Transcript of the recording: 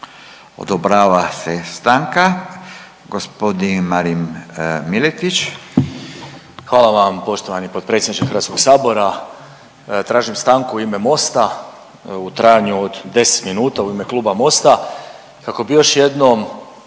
Odobrava se stanka. Gospodin Marin Miletić. **Miletić, Marin (MOST)** Hvala vam poštovani potpredsjedniče Hrvatskog sabora. Tražim stanku u ime MOST-a u trajanju od 10 minuta u ime Kluba MOST-a kako bi još jednom